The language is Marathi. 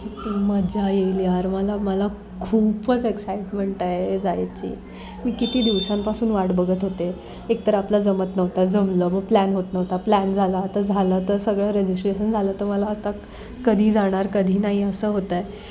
किती मजा येईल यार मला मला खूपच एक्साईटमेंट आहे जायची मी किती दिवसांपासून वाट बघत होते एकतर आपला जमत नव्हता जमलं मग प्लॅन होत नव्हता प्लॅन झाला आता झालं तर सगळं रजिस्ट्रेशन झालं तर मला आता कधी जाणार कधी नाही असं होतं आहे